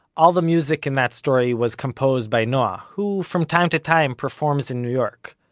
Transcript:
all the music in that story was composed by noa, who, from time to time, performs in new york.